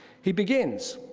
he begins.